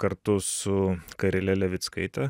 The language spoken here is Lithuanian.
kartu su karile levickaite